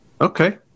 Okay